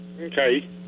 Okay